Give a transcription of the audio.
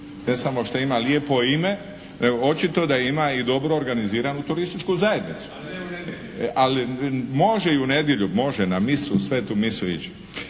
Ne samo što ima lijepo ime nego očito da ima i dobro organiziranu turističku zajednicu. …/Upadica se ne čuje./… Može i u nedjelju, na misu na Svetu misu ići.